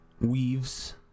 weaves